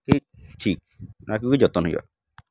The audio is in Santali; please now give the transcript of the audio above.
ᱠᱤᱪᱷᱤ ᱚᱱᱟ ᱠᱚᱜᱮ ᱡᱚᱛᱚᱱ ᱦᱩᱭᱩᱜᱼᱟ